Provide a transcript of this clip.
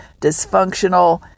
dysfunctional